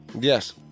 Yes